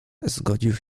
zgodził